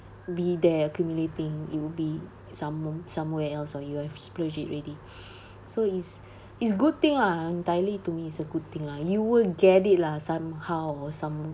be there accumulating it'll be some~ somewhere else or you have splurged it already so it's it's good thing lah entirely to me is a good thing lah you will get it lah somehow or some